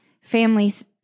families